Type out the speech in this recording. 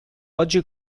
oggi